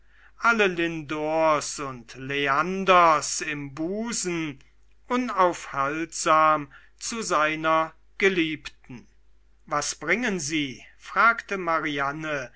alle lindors und leanders im busen unaufhaltsam zu seiner geliebten was bringen sie fragte mariane